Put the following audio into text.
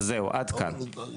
זהו, עד כאן.